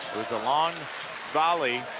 was a long volley